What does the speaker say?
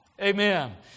Amen